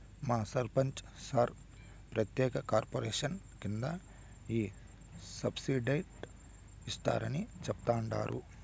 మా సర్పంచ్ సార్ ప్రత్యేక కార్పొరేషన్ కింద ఈ సబ్సిడైజ్డ్ ఇస్తారని చెప్తండారు